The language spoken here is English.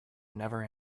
never